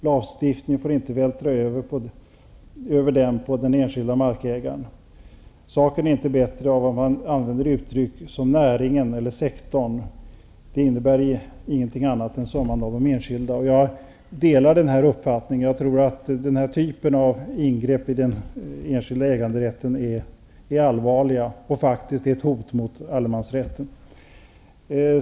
Lagstiftningen får inte vältra över kostnaderna på den enskilde markägaren. Saken blir inte bättre av att man använder uttryck som näringen eller sektorn. Det innebär ingenting annat än summan av de enskilda. Jag delar denna uppfattning. Jag tror att den här typen av ingrepp i den enskilda äganderätten är allvarliga och faktiskt ett hot mot allemansrätten.